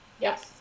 Yes